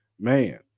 man